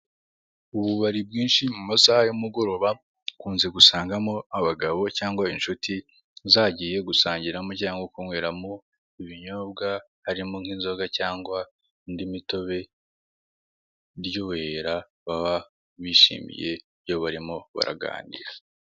Ububari bwinshi mu masaha y'umugoroba ukunze gusangamo abagabo cyangwa inshuti zagiye gusangiramo cyangwa kunyweramo ibinyobwa harimo nk'inzoga cyangwa indi mitobe iryoherera baba bishimiye ibyo barimo baraganira.